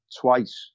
twice